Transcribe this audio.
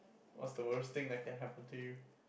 what's the worst thing that can happen to you